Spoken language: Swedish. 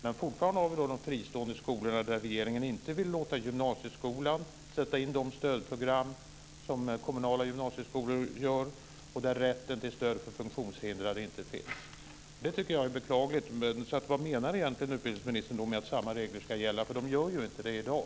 Men fortfarande har vi de fristående skolorna, där regeringen inte vill låta gymnasieskolan sätta in de stödprogram som kommunala gymnasieskolor har och där rätten till stöd för funktionshindrade inte finns. Det tycker jag är beklagligt. Vad menar egentligen utbildningsministern med att samma regler ska gälla? De gör ju inte det i dag.